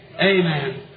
Amen